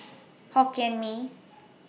Hokkien Mee